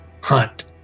hunt